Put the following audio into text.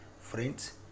Friends